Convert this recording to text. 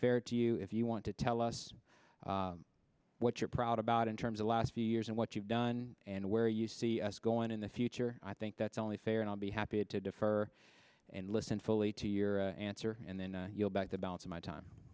fair to you if you want to tell us what you're proud about in terms of the last few years and what you've done and where you see us going in the future i think that's only fair and i'll be happy to defer and listen fully to your answer and then you'll back the balance of my time